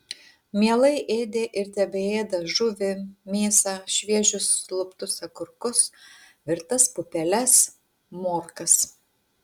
mielai ėdė ir tebeėda žuvį mėsą šviežius luptus agurkus virtas pupeles morkas